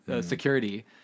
security